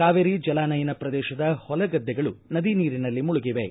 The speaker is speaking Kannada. ಕಾವೇರಿ ಜಲಾನಯನ ಪ್ರದೇಶದ ಹೊಲ ಗದ್ದೆಗಳು ನದಿ ನೀರಿನಲ್ಲಿ ಮುಳುಗಿವೆ